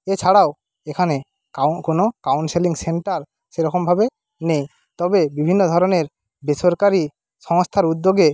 এছাড়াও এখানে কোনো কাউন্সেলিং সেন্টার সেরকমভাবে নেই তবে বিভিন্ন ধরনের বেসরকারি সংস্থার উদ্যোগে